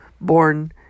born